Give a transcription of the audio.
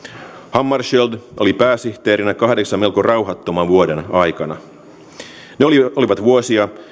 hammarskjöld oli pääsihteerinä kahdeksan melko rauhattoman vuoden aikana ne olivat vuosia